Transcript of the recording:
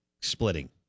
splitting